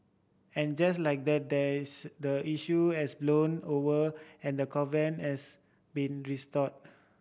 and just like that the the issue has blown over and the covenant has been restored